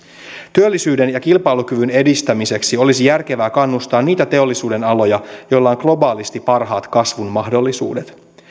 työllisyyden ja kilpailukyvyn edistämiseksi olisi järkevää kannustaa niitä teollisuudenaloja joilla on globaalisti parhaat kasvun mahdollisuudet